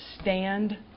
stand